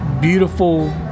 beautiful